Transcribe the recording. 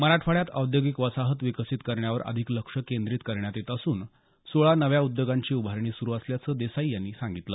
मराठवाड्यात औद्योगिक वसाहत विकसित करण्यावर अधिक लक्ष केंद्रित करण्यात येत असून सोळा नव्या उद्योगांची उभारणी सुरू असल्याचं देसाई यांनी सांगितलं